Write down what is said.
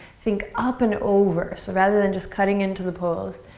think up and over. so rather than just cutting into the pose.